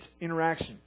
interaction